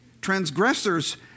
transgressors